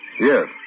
Yes